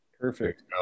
perfect